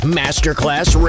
masterclass